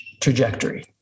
trajectory